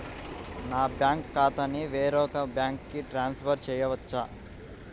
నా బ్యాంక్ ఖాతాని వేరొక బ్యాంక్కి ట్రాన్స్ఫర్ చేయొచ్చా?